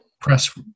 press